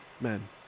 men